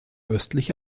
östliche